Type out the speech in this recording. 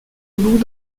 loup